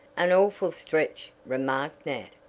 an awful stretch, remarked nat.